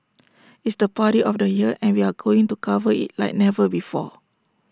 it's the party of the year and we are going to cover IT like never before